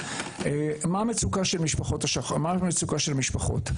מה המצוקה של המשפחות?